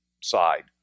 side